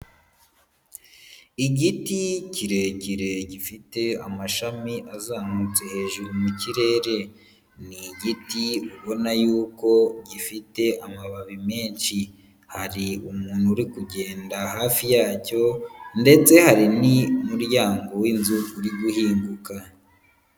Igiti kirekire gifite amashami azamutse hejuru mu kirere, ni igiti ubona y'uko gifite amababi menshi, hari umuntu uri kugenda hafi yacyo ndetse hari n'umuryango w'inzu uri guhinguka.